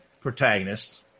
protagonists